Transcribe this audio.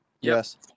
yes